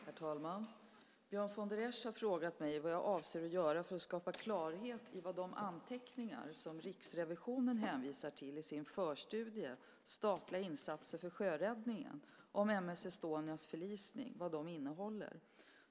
Herr talman! Björn von der Esch har frågat mig vad jag avser att göra för att skapa klarhet i vad de anteckningar som Riksrevisionen hänvisar till i sin förstudie Statliga insatser för sjöräddningen, om M/S Estonias förlisning innehåller.